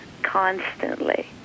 constantly